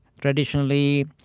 traditionally